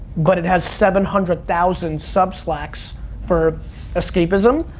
but it has seven hundred thousand sub-slacks for escapism.